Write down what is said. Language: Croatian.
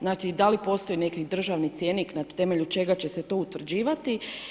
Znači da li postoji neki državni cjenik na temelju čega će se to utvrđivati.